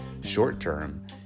short-term